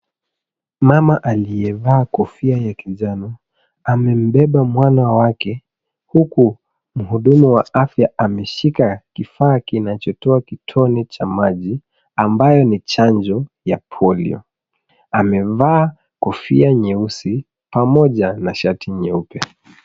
Mama aliyevaa kofia ya kinjano, amembeba mwana wake huku mhudumu wa afya ameshika kifaa kinachotoa kitone cha maji ambayo ni chanjo ya polio. Amevaa kofia nyeusi pamoja na shati nyeupe.